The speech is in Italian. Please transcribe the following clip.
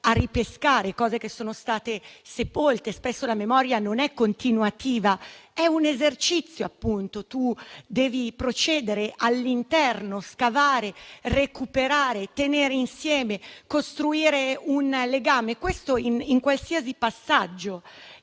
ripescare cose che sono state sepolte. Spesso la memoria non è continuativa, ma è appunto un esercizio, per cui si deve procedere all'interno, scavare, recuperare, tenere insieme, costruire un legame. Ciò avviene in qualsiasi passaggio